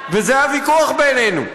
וזה הוויכוח בינינו.